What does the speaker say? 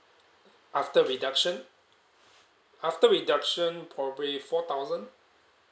after reduction after reduction probably four thousand